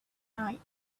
night